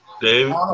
Dave